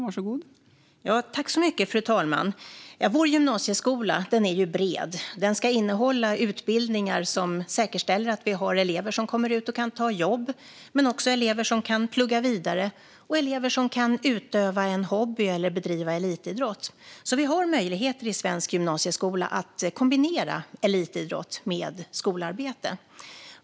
Fru talman! Vår gymnasieskola är bred. Den ska innehålla utbildningar som säkerställer att vi har elever som kommer ut och kan ta jobb, elever som kan plugga vidare och elever som kan utöva en hobby eller bedriva elitidrott. I svensk gymnasieskola finns alltså möjligheter att kombinera elitidrott med skolarbete.